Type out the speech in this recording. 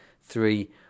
three